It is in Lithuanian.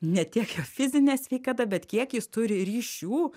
ne tiek jo fizinė sveikata bet kiek jis turi ryšių